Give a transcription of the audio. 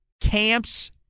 camps